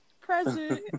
present